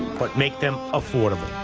but make them affordable.